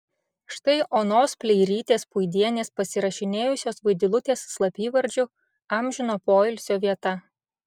štai onos pleirytės puidienės pasirašinėjusios vaidilutės slapyvardžiu amžino poilsio vieta